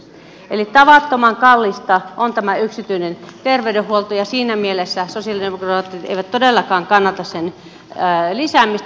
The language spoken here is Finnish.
eli tavattoman kallista on tämä yksityinen terveydenhuolto ja siinä mielessä sosialidemokraatit eivät todellakaan kannata sen lisäämistä